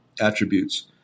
attributes